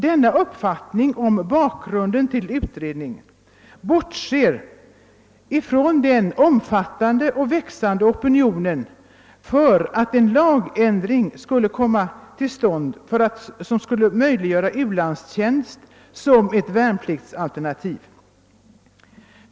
Denna uppfatining om bakgrunden till utredningen bortser emellertid, herr talman, från den omfattande och växande opinionen för att en lagändring skulle komma till stånd som skulle möjliggöra u-landstjänst som ett värnpliktsalternativ.